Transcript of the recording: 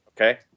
Okay